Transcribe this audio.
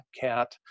cat